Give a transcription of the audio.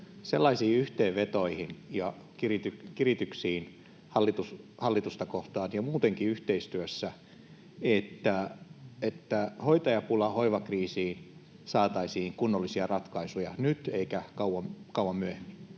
sellaisiin yhteenvetoihin ja kirityksiin hallitusta kohtaan — ja muutenkin yhteistyössä — että hoitajapulaan, hoivakriisiin, saataisiin kunnollisia ratkaisuja nyt eikä paljon myöhemmin.